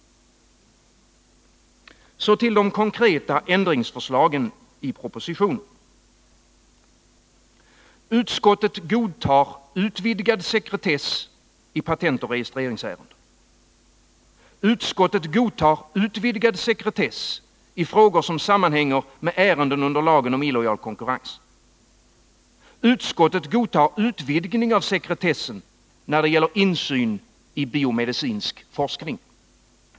Så till de konkreta ändringsförslagen i propositionen. Utskottet godtar utvidgad sekretess i patentoch registreringsärenden. Utskottet godtar utvidgad sekretess i frågor som sammanhänger med ärenden under lagen om illojal konkurrens. Utskottet godtar utvidgning av sekretessen när det gäller insyn i biomedicinsk forskning.